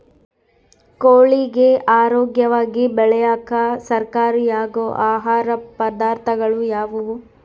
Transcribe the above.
ಕೋಳಿಗೆ ಆರೋಗ್ಯವಾಗಿ ಬೆಳೆಯಾಕ ಸಹಕಾರಿಯಾಗೋ ಆಹಾರ ಪದಾರ್ಥಗಳು ಯಾವುವು?